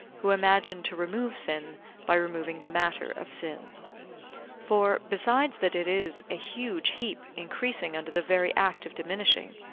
who imagine to remove sin by removing the matter of sin for, besides that it is a huge heap increasing under the very act of diminishing,